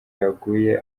yaguye